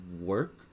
work